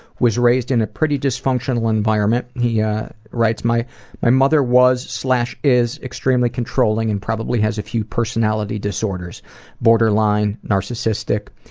was raised in a pretty dysfunctional environment. he yeah writes, my my mother was is extremely controlling and probably has a few personality disorders borderline, narcissistic.